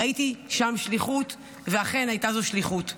ראיתי שם שליחות, ואכן הייתה זו שליחות.